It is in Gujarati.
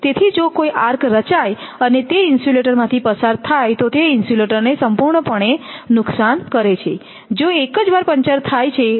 તેથી જો કોઈ આર્ક રચાય અને તે ઇન્સ્યુલેટરમાંથી પસાર થાય તો તે ઇન્સ્યુલેટરને સંપૂર્ણ પણે નુકસાન કરે છે જો એક જ વાર પંચર થાય છે તો